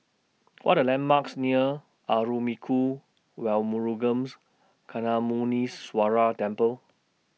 What Are The landmarks near Arulmigu Velmurugans Gnanamuneeswarar Temple